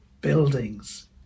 buildings